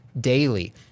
daily